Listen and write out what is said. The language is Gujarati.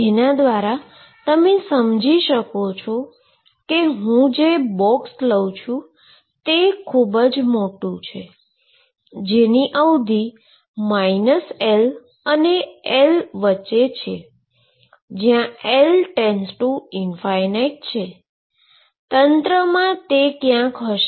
જેના દ્વારા તમે સમજી શકશો કે હું જે બોક્સ લઉ છું તે ખુબ જ મોટું છે જેની અવધી -L અને L વચ્ચે છે જ્યા L→∞ છે અને તંત્રમાં ક્યાંક હશે